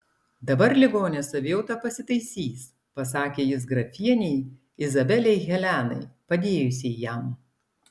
dabar ligonės savijauta pasitaisys pasakė jis grafienei izabelei helenai padėjusiai jam